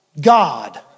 God